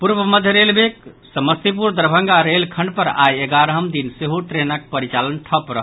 पूर्व मध्य रेलवेक समस्तीपुर दरभंगा रेलखंड पर आइ एगारहम दिन सेहो ट्रेनक परिचालन ठप अछि